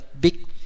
big